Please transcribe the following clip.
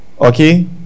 Okay